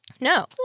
No